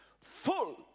full